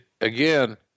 again